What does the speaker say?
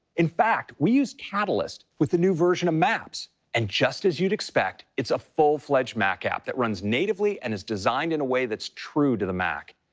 in fact, we used catalyst with the new version of maps. and just as you'd expect, it's a full-fledged mac app that runs natively and is designed in a way that's true to the mac.